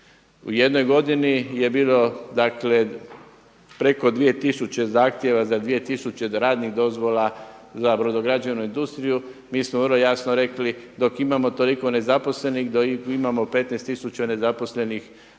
U jednoj godini je bilo, dakle preko 2000 zahtjeva za 2000 radnih dozvola za brodograđevnu industriju. Mi smo vrlo jasno rekli, dok imamo toliko nezaposlenih, dok imamo 15000 nezaposlenih